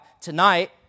tonight